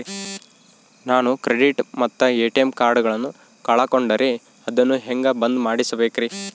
ನಾನು ಕ್ರೆಡಿಟ್ ಮತ್ತ ಎ.ಟಿ.ಎಂ ಕಾರ್ಡಗಳನ್ನು ಕಳಕೊಂಡರೆ ಅದನ್ನು ಹೆಂಗೆ ಬಂದ್ ಮಾಡಿಸಬೇಕ್ರಿ?